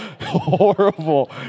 horrible